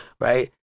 right